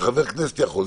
שחבר כנסת יכול.